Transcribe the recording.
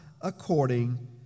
according